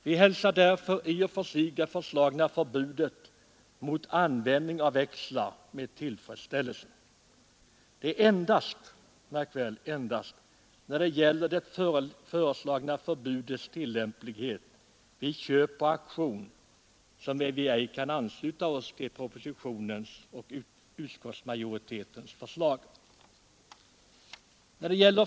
Vi hälsar därför i och för sig det föreslagna förbudet mot användning av växlar med tillfredsställelse. Det är endast — märk väl detta — när det gäller det föreslagna förbudets tillämplighet vid köp på auktion som vi ej kan ansluta oss till propositionens och utskottsmajoritetens förslag.